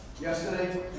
Yesterday